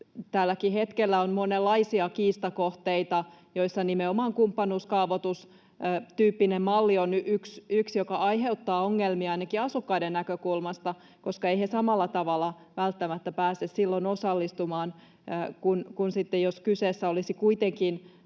Tälläkin hetkellä on monenlaisia kiistakohteita, joissa nimenomaan kumppanuuskaavoitustyyppinen malli on yksi, joka aiheuttaa ongelmia ainakin asukkaiden näkökulmasta, koska eivät he samalla tavalla välttämättä pääse silloin osallistumaan kuin sitten silloin, jos kyseessä olisi kuitenkin